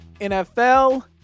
nfl